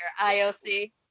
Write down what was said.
IOC